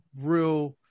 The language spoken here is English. real